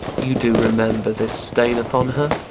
you do remember this stain upon her?